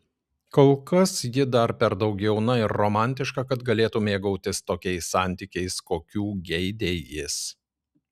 kol kas ji dar per daug jauna ir romantiška kad galėtų mėgautis tokiais santykiais kokių geidė jis